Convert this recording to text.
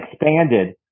expanded